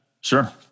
Sure